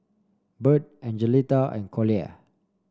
Bird Angelita and Collier